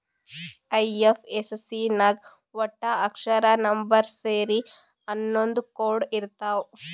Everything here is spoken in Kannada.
ಐ.ಎಫ್.ಎಸ್.ಸಿ ನಾಗ್ ವಟ್ಟ ಅಕ್ಷರ, ನಂಬರ್ ಸೇರಿ ಹನ್ನೊಂದ್ ಕೋಡ್ ಇರ್ತಾವ್